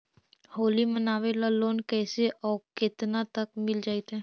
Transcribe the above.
होली मनाबे ल लोन कैसे औ केतना तक के मिल जैतै?